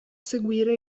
seguire